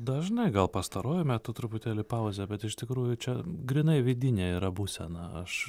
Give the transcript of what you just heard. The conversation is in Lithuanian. dažnai gal pastaruoju metu truputėlį pauzė bet iš tikrųjų čia grynai vidinė yra būsena aš